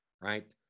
right